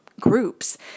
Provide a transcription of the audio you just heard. groups